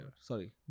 Sorry